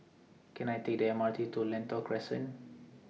Can I Take The M R T to Lentor Crescent